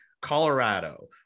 Colorado